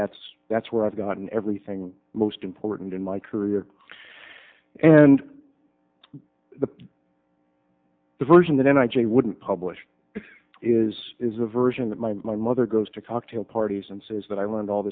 that's that's where i've gotten everything most important in my career and the the version that i just wouldn't publish it is is a version that my my mother goes to cocktail parties and says that i learned all